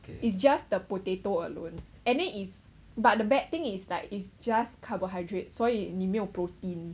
it's just the potato alone and then is but the bad thing is like is just carbohydrates 所以你没有 protein